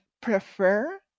prefer